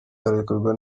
arekurwa